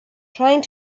trying